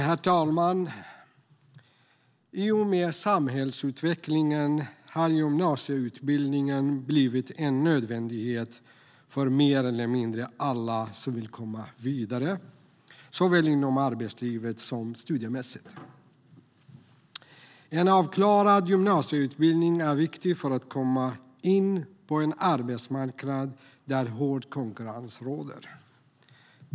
Herr talman! I och med samhällsutvecklingen har gymnasieutbildningen blivit en nödvändighet för mer eller mindre alla som vill komma vidare såväl inom arbetslivet som studiemässigt. En avklarad gymnasieutbildning är viktig för att kunna komma in på en arbetsmarknad där hård konkurrens råder.